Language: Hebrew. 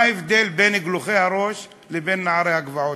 מה ההבדל בין גלוחי הראש ובין נערי הגבעות?